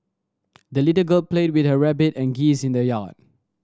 the little girl played with her rabbit and geese in the yard